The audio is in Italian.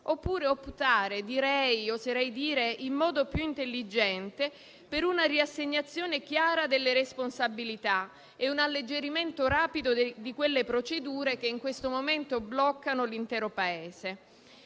oppure optare, oserei dire in modo più intelligente, per una riassegnazione chiara delle responsabilità e un alleggerimento rapido di quelle procedure che in questo momento bloccano l'intero Paese.